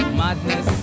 madness